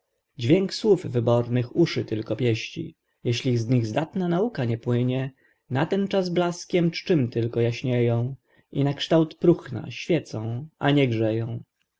dzwięk słów wybornych uszy tylko pieści jeśli z nich zdatna nauka nie płynie natenczas blaskiem czczym tylko jaśnieją i nakształt próchna świecą a nie grzeją